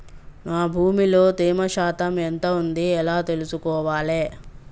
నా భూమి లో తేమ శాతం ఎంత ఉంది ఎలా తెలుసుకోవాలే?